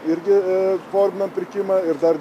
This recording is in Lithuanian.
irgi pordinam pirkimą ir dar